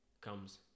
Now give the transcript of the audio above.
comes